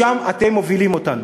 לשם אתם מובילים אותנו.